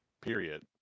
period